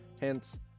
hence